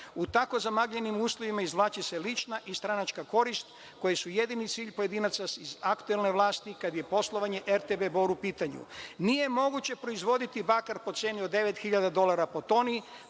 U tako zamagljenim uslovima izvlači se lična i stranačka korist koje su jedini cilj pojedinaca iz aktuelne vlasti kada je poslovanje RTB Bor u pitanju. Nije moguće proizvoditi bakar po ceni o 9.000 dolara po toni,